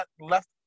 left